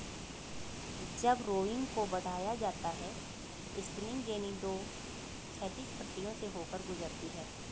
जब रोविंग को बढ़ाया जाता है स्पिनिंग जेनी दो क्षैतिज पट्टियों से होकर गुजरती है